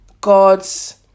God's